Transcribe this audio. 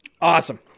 Awesome